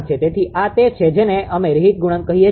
તેથી આ તે છે જેને અમે રીહિટ ગુણાંક કહીએ છીએ